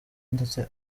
ndetse